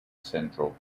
central